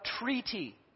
treaty